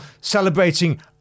celebrating